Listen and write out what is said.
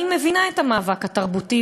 אני מבינה את המאבק התרבותי,